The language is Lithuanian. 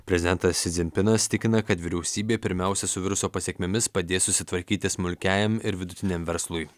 prezidentas sidzimpinas tikina kad vyriausybė pirmiausia su viruso pasekmėmis padės susitvarkyti smulkiajam ir vidutiniam verslui